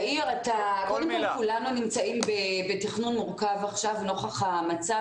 כולנו נמצאים בתכנון מורכב נוכח המצב.